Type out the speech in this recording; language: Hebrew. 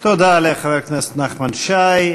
תודה לחבר הכנסת נחמן שי.